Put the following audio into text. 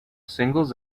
singles